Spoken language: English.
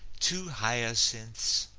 two hyacinths,